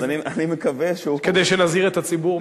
אז אני מקווה שהוא, כדי שנזהיר את הציבור.